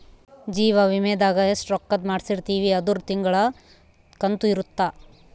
ಜೀವ ವಿಮೆದಾಗ ಎಸ್ಟ ರೊಕ್ಕಧ್ ಮಾಡ್ಸಿರ್ತಿವಿ ಅದುರ್ ತಿಂಗಳ ಕಂತು ಇರುತ್ತ